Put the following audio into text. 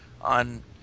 on